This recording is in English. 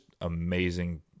amazing